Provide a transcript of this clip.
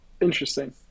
Interesting